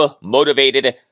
motivated